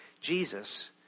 Jesus